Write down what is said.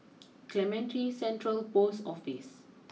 Clementi Central post Office